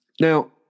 Now